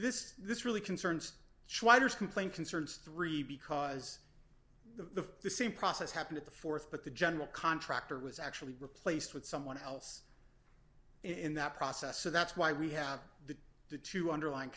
this this really concerns schweigert complaint concerns three because the same process happened at the th but the general contractor was actually replaced with someone else in that process so that's why we have the the two underlyin